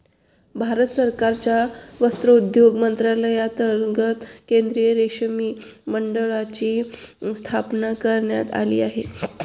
भारत सरकारच्या वस्त्रोद्योग मंत्रालयांतर्गत केंद्रीय रेशीम मंडळाची स्थापना करण्यात आली आहे